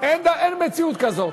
אין מציאות כזאת.